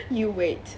you wait